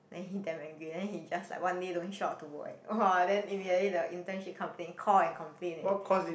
then he damn angry then he just like one day don't show up to work eh !wah! then immediately the internship company call and complain leh